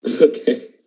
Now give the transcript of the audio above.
Okay